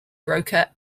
broker